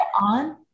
on